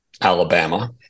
Alabama